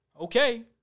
Okay